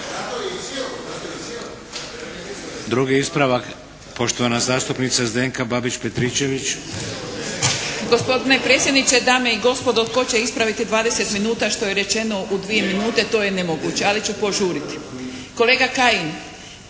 Drugi ispravak poštovana zastupnica Zdenka Babić Petričević. **Babić-Petričević, Zdenka (HDZ)** Gospodine predsjedniče, dame i gospodo. Tko će ispraviti 20 minuta što je rečeno u dvije minute to je nemoguće ali ću požuriti. Kolega Kajin,